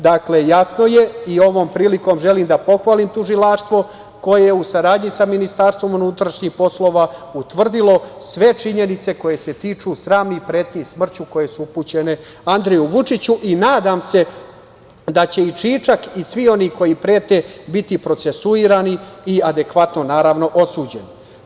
Dakle, jasno je i ovom prilikom želim da pohvalim tužilaštvo koje je u saradnji sa MUP-om utvrdilo sve činjenice koje se tiču sramnih pretnji smrću koje su upućene Andreju Vučiću i nadam se da će i Čičak i svi oni koji prete biti procesuirani i adekvatno osuđeni.